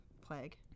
plague